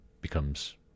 becomes